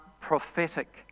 prophetic